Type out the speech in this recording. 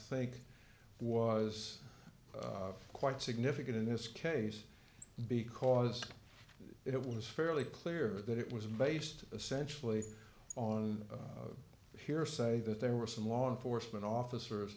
think was quite significant in this case because it was fairly clear that it was based essentially on hearsay that there were some law enforcement officers